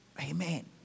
Amen